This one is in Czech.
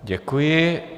Děkuji.